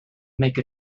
make